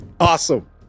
awesome